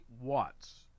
Watts